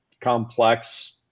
complex